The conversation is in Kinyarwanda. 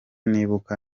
nibuka